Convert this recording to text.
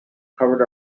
covered